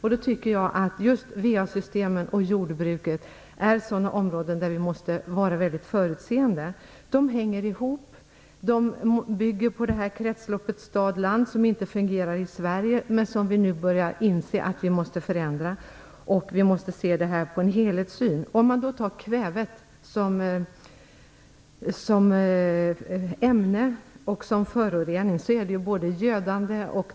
Jag tycker att VA-systemen och jordbruket utgör sådana områden där vi måste vara mycket förutseende. De områdena hänger ihop och bygger på kretsloppet mellan stad och land, som inte fungerar i Sverige. Vi börjar dock inse att vi måste förändra det. Vi måste ha en helhetssyn. Kväve som ämne och som förorening är gödande.